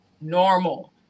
normal